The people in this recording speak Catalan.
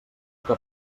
que